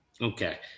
Okay